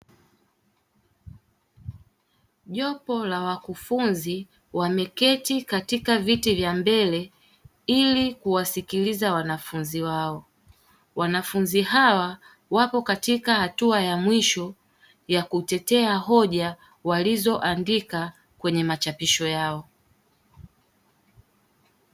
Jopo la wakufunzi wameketi katika viti vya mbele ili kuwasikiliza wanafunzi wao, wanafunzi hao wapo katika hatua ya mwisho ya kutetea hoja walizoandika kwenye machapisho yao.